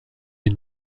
une